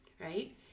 right